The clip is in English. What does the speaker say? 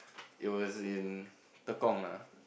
it was in Tekong lah